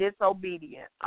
disobedient